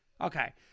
Okay